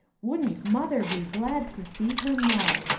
wouldn't mother be glad to see him, though!